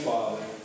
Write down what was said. Father